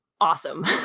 awesome